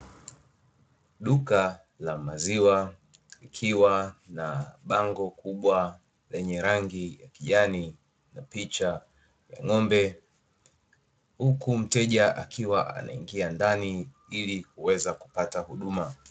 Duka la maziwa ikiwa na bango kubwa lenye rangi ya kijani na picha ng'ombe. Huku mteja akiwa anaingia ndani ili kuweza kupata huduma.